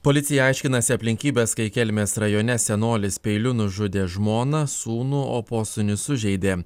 policija aiškinasi aplinkybes kai kelmės rajone senolis peiliu nužudė žmoną sūnų o posūnį sužeidė